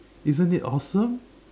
isn't it awesome